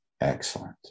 Excellent